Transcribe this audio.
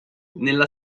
nella